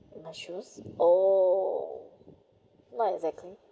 you not sure oh not exactly